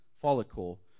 follicle